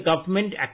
government